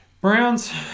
Browns